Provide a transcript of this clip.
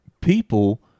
people